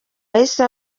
yahise